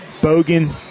Bogan